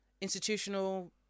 institutional